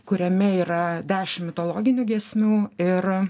kuriame yra dešim mitologinių giesmių ir